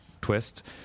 twist